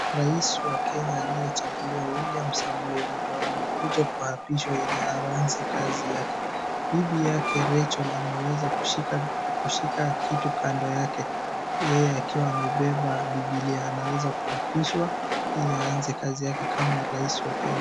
Rais wa Kenya aliyechaguliwa, William Samuel Ruto, amekuja kuhapishwa ili aanze kazi yake. Bibi yake, Rachel, ameweza kushika kitu kando yake. Yeye akiwa amebeba Biblia anaweza kuhapishwa ili aanze kazi yake kama Rais wa Kenya.